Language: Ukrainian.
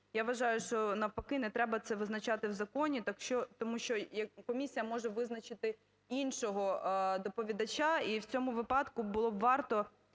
Я вважаю, що, навпаки, не треба це визначати в законі, тому що комісія може визначити іншого доповідача і в цьому випадку було б варто